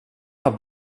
har